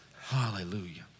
Hallelujah